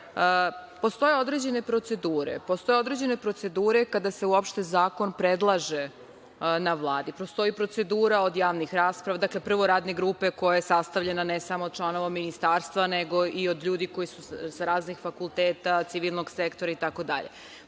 izgleda. Postoje određene procedure kada se uopšte zakon predlaže na Vladi. Postoji procedura od javnih rasprava, dakle, prvo radne grupe, koja je sastavljena ne samo od članova ministarstva, nego i od ljudi sa raznih fakulteta, civilnog sektora itd,